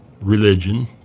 religion